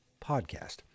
Podcast